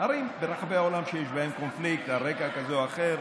ערים ברחבי העולם שיש בהן קונפליקט על רקע כזה או אחר,